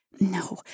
No